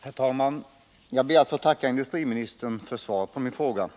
Herr talman! Jag ber att få tacka industriministern för svaret på min fråga.